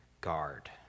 guard